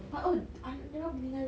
how old anak dia punya bapa meninggal